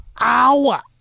Hour